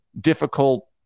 difficult